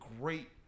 great